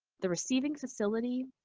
the receiving facility,